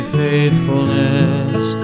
faithfulness